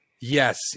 Yes